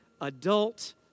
adult